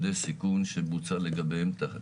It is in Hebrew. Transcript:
הסטטוס שאני יודע הוא שהוגשה בקשה להשלמה תקציבית,